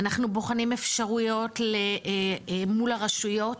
אנחנו בוחנים אפשרויות, מול הרשויות,